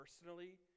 personally